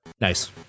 Nice